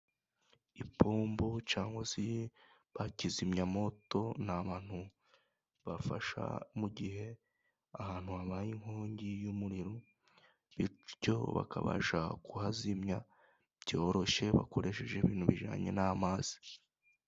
Ipombo cyangwa se ba kizimyamoto ni abantu bafasha mu gihe ahantu habaye inkongi y'umuriro, bityo bakabasha kuhazimya byoroshye bakoresheje ibintu bijyanye n'amazi.